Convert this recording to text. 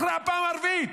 אחרי הפעם הרביעית.